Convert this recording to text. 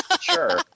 Sure